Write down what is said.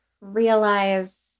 realize